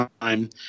time